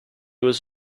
was